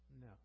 No